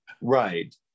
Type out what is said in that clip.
right